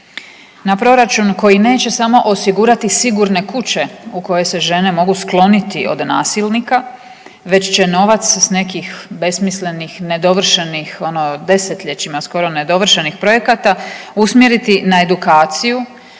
na proračun koji neće samo osigurati sigurne kuće da se žene sklone od nasilja već će novac besmislenih i nedovršenih projekata usmjeriti edukaciju,